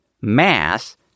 mass